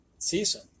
season